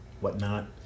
whatnot